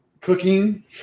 cooking